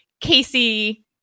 Casey